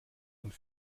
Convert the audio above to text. und